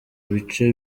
bice